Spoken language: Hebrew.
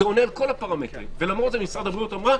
זה עונה על כל הפרמטרים ולמרות זאת משרד הבריאות אומר: